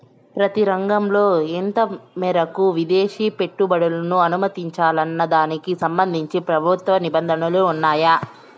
ప్రతి రంగంలో ఎంత మేరకు విదేశీ పెట్టుబడులను అనుమతించాలన్న దానికి సంబంధించి ప్రభుత్వ నిబంధనలు ఉన్నాయా?